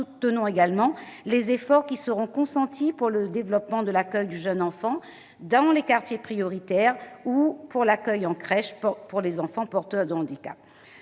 Nous soutenons également les efforts qui seront consentis pour le développement de l'accueil du jeune enfant dans les quartiers prioritaires ou pour l'accueil en crèche d'enfants porteurs de handicap.